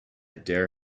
dare